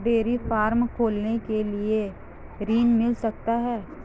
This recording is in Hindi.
डेयरी फार्म खोलने के लिए ऋण मिल सकता है?